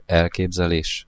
elképzelés